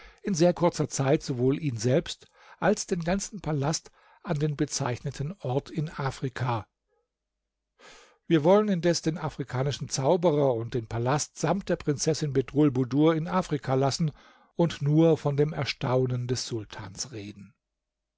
in sehr kurzer zeit sowohl ihn selbst als den ganzen palast an den bezeichneten ort in afrika wir wollen indes den afrikanischen zauberer und den palast samt der prinzessin bedrulbudur in afrika lassen und nur von dem erstaunen des sultans reden